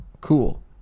Cool